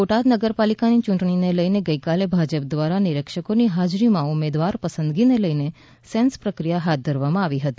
બોટાદ નગરપાલિકાની યૂંટણીને લઈ ગઇકાલે ભાજપ દ્વારા નિરીક્ષકોની હાજરીમાં ઉમેદવાર પસંદગીને લઈ સેન્સ પ્રક્રિયા હાથ ધરવામાં આવી હતી